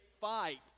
fight